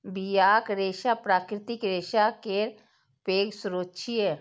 बियाक रेशा प्राकृतिक रेशा केर पैघ स्रोत छियै